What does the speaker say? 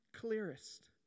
clearest